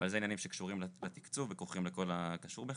זהו זיהום שפוגע משמעותית בבריאות הציבור